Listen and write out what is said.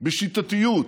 בשיטתיות,